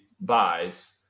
buys